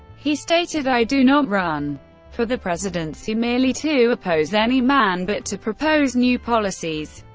he stated, i do not run for the presidency merely to oppose any man, but to propose new policies.